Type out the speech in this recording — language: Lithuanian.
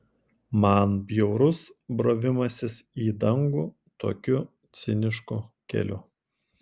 man bjaurus brovimasis į dangų tokiu cinišku keliu